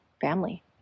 family